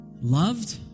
loved